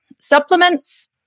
Supplements